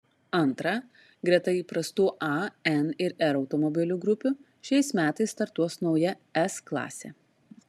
antra greta įprastų a n ir r automobilių grupių šiais metais startuos nauja s klasė